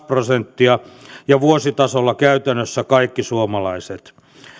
prosenttia ja vuositasolla käytännössä kaikki suomalaiset